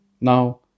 Now